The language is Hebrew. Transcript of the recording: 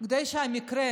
כדי שאותה